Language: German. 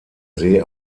see